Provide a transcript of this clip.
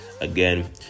again